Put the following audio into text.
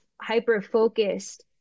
hyper-focused